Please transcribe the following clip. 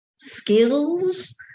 skills